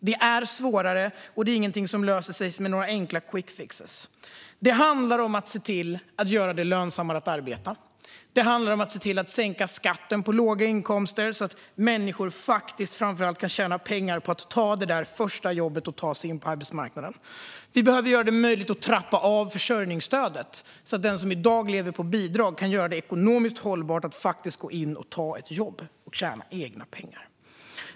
Det är svårare, och det är ingenting som löser sig med några enkla quickfixar. Det handlar om att göra det lönsammare att arbeta. Det handlar om att sänka skatten på låga inkomster så att människor faktiskt kan tjäna pengar på att ta det där första jobbet och komma in på arbetsmarknaden. Vi behöver göra det möjligt att trappa ned försörjningsstödet så att det blir ekonomiskt hållbart för den som i dag lever på bidrag att faktiskt ta ett jobb och tjäna egna pengar.